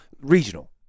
regional